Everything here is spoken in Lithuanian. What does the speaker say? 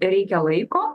reikia laiko